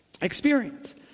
experience